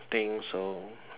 thing so